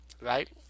right